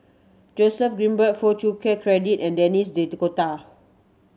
Joseph Grimberg Foo Chee Keng Cedric and Denis D'Cotta